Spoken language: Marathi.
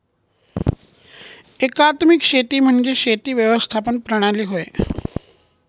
एकात्मिक शेती म्हणजे शेती व्यवस्थापन प्रणाली होय